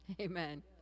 Amen